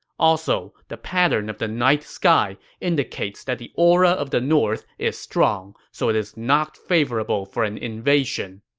also, the pattern of the night sky indicates that the aura of the north is strong, so it is not favorable for an invasion.